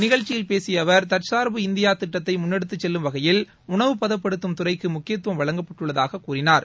நிகழ்ச்சியில் பேசிய அவர் தற்சார்பு இந்தியா திட்டத்தை முன்னெடுத்துச் செல்லும் வகையில் உணவு பதப்படுத்தும் துறைக்கு முக்கியத்துவம் வழங்கப்படுவதாக கூறினார்